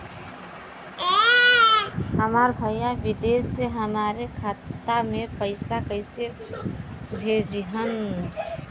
हमार भईया विदेश से हमारे खाता में पैसा कैसे भेजिह्न्न?